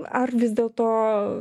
ar vis dėlto